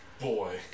Boy